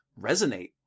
resonate